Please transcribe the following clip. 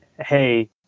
hey